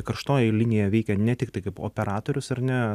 karštoji linija veikia ne tik tai kaip operatorius ar ne